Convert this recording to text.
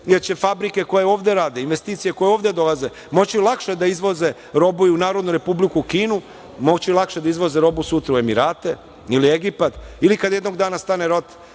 jer će fabrike koje ovde rade, investicije koje ovde dolaze moći lakše da izvoze, robuju Narodnu Republiku Kinu, moći lakše da izvoze robu sutra u Emirate ili Egipat ili kad jednog dana stane rat